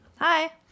Hi